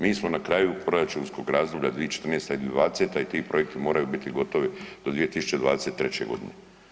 Mi smo na kraju proračunskoga razdoblja 2014.-2020. i ti projekti moraju biti gotovi do 2023. godine.